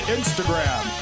Instagram